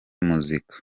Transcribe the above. muzika